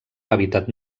hàbitat